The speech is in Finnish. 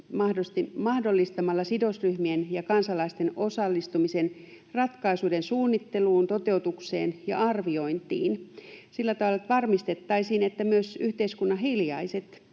mahdollistamalla sidosryhmien ja kansalaisten osallistumisen ratkaisuiden suunnitteluun, toteutukseen ja arviointiin sillä tavalla, että varmistettaisiin, että myös yhteiskunnan hiljaiset,